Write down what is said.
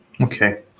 Okay